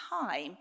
time